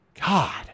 God